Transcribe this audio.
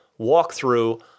walkthrough